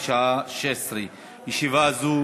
16:00.